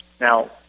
Now